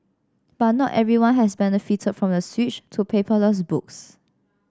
but not everyone has benefited from the switch to paperless books